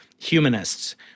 humanists